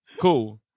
Cool